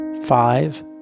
five